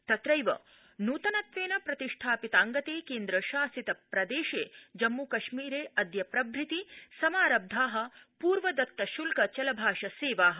तत्रैव नूतनत्वेन प्रतिष्ठापितांगते केन्द्रशासित प्रदेशे जम्मूकश्मीर अद्य प्रभृति समारब्धा पूर्व दत्त श्ल्क चलभाष सेवा